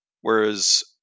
Whereas